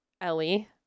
Ellie